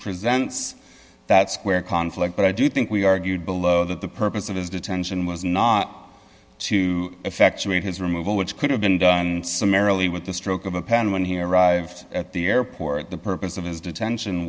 presents that square conflict but i do think we argued below that the purpose of his detention was not to effectuate his removal which could have been done summarily with the stroke of a pen when he arrived at the airport the purpose of his detention